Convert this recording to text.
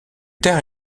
tard